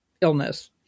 illness